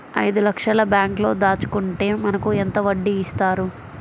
ఐదు లక్షల బ్యాంక్లో దాచుకుంటే మనకు ఎంత వడ్డీ ఇస్తారు?